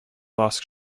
lost